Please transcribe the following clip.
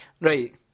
Right